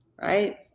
right